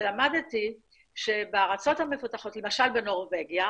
ולמדתי שבארצות המפותחות למשל, בנורבגיה,